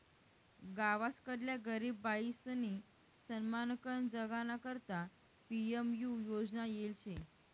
गावसकडल्या गरीब बायीसनी सन्मानकन जगाना करता पी.एम.यु योजना येल शे